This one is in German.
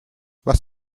was